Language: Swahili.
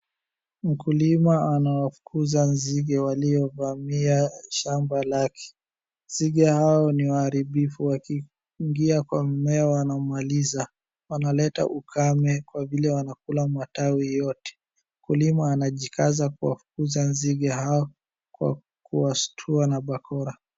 Mkulima anawafukuza nzige waliovamia shamba lake. Nzige hao ni waharibifu wakiingia kwa mmea wanamliza . Wanaleta ukame kwa vile wanakula matawi yote . Mkulima anajikaza kwa kufukuza nzige hao kwa kuwashtua na bokola.